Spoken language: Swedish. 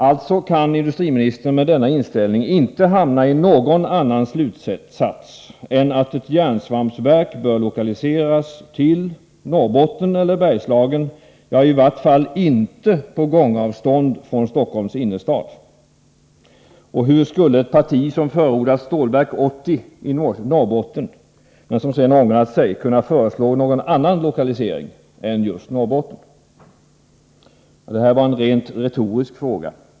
Alltså kan industriministern med denna inställning inte hamna på någon annan slutsats än att ett järnsvampsverk bör lokaliseras till Norrbotten eller Bergslagen — ja, i vart fall inte på gångavstånd från Stockholms innerstad. Och hur skulle ett parti som förordat Stålverk 80 i Norrbotten — men som sedan ångrat sig — kunna föreslå någon annan lokalisering än just Norrbotten? Det var en rent retorisk fråga.